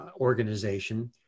Organization